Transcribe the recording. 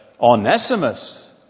Onesimus